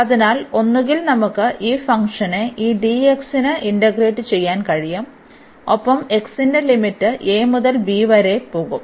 അതിനാൽ ഒന്നുകിൽ നമുക്ക് ഈ ഫംഗ്ഷനെ ഈ dx ന് ഇന്റഗ്രേറ്റ് ചെയ്യാൻ കഴിയും ഒപ്പം x ന്റെ ലിമിറ്റ് a മുതൽ b വരെ പോകും